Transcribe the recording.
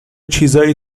چیزایی